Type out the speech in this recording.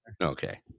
Okay